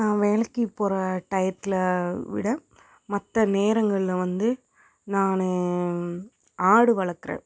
நான் வேலைக்கு போகிற டயத்தில் விட மற்ற நேரங்கள்ல வந்து நான் ஆடு வளர்க்குறேன்